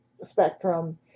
spectrum